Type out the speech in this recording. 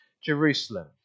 Jerusalem